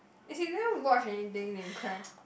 as in you never watch anything then you cry